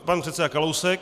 Pan předseda Kalousek.